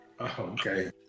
okay